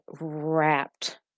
wrapped